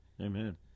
Amen